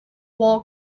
wall